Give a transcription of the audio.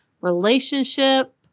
relationship